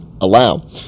allow